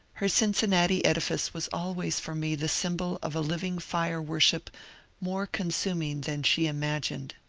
her cincinnati edifice was always for me the symbol of a living fire-worship more consuming than she imagined.